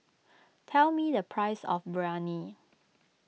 tell me the price of Biryani